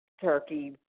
Turkey